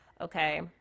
okay